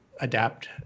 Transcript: adapt